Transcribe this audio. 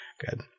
Good